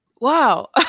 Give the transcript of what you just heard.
Wow